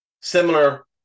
Similar